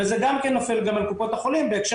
וזה גם נופל על קופות החולים בהקשר